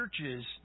churches